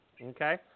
okay